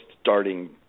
starting